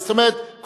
זאת אומרת,